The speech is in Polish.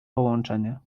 połączenie